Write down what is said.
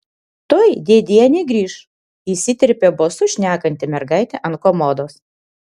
tuoj dėdienė grįš įsiterpė bosu šnekanti mergaitė ant komodos